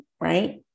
right